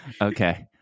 Okay